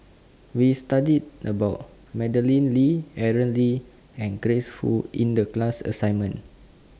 We studied about Madeleine Lee Aaron Lee and Grace Fu in The class assignment